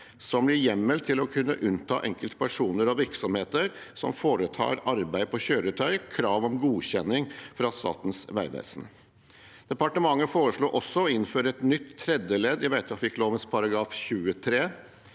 som gir hjemmel til å kunne unnta enkelte personer og virksomheter som foretar arbeid på kjøretøy, krav om godkjenning fra Statens vegvesen. Departementet foreslår også å innføre et nytt tredje ledd i vegtrafikklovens § 23.